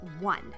one